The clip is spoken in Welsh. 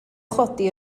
chodi